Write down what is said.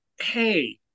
hey